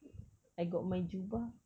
I got my jubah